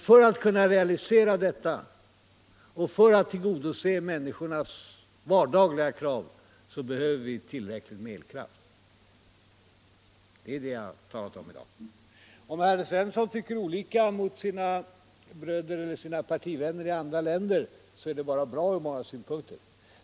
För att kunna realisera detta och tillgodose människornas vardagliga krav behöver vi tillräckligt med elkraft. Det har vi talat om i dag. Om herr Svensson tycker olika jämfört med sina partibröder i andra länder, är det bara bra från många synpunkter.